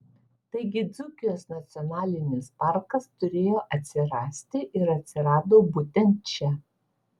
taigi dzūkijos nacionalinis parkas turėjo atsirasti ir atsirado būtent čia